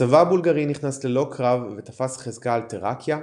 הצבא הבולגרי נכנס ללא קרב ותפס חזקה על תראקיה ומקדוניה,